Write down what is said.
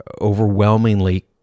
overwhelmingly